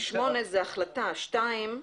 ב-(2)